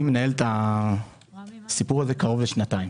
אני מנהל את הסיפור הזה קרוב לשנתיים.